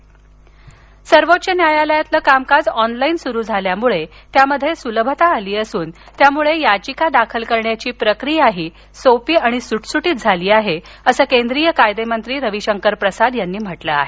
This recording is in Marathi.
प्रसाद सर्वोच्च न्यायालयातील कामकाज ऑनलाईन सुरु झाल्यामुळे त्यामध्ये सुलभता आली असून त्यामुळे याचिका दाखल करण्याची प्रक्रियाही सोपी आणि सुटसुटीत झाली आहे असं केंद्रीय कायदेमंत्री रविशंकर प्रसाद यांनी म्हटलं आहे